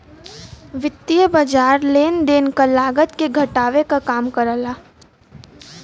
वित्तीय बाज़ार लेन देन क लागत के घटावे क काम करला